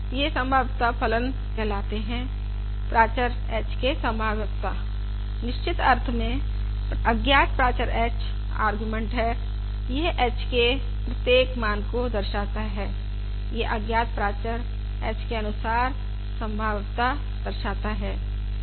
यह संभाव्यता फलन कहलाते है प्राचर h के संभाव्यता निश्चित अर्थ में अज्ञात प्राचर h अरगुमेंट है यह h के प्रत्येक मान को दर्शाता है यह अज्ञात प्राचर h के अनुसार संभाव्यता दर्शाता है